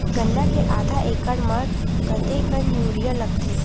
गन्ना के आधा एकड़ म कतेकन यूरिया लगथे?